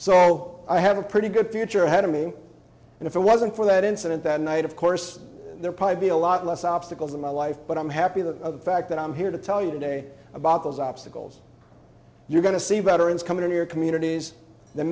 so i have a pretty good future ahead of me and if it wasn't for that incident that night of course there are probably a lot less obstacles in my life but i'm happy the fact that i'm here to tell you today about those obstacles you're going to see veterans coming to your communities that